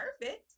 perfect